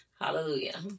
Hallelujah